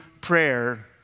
prayer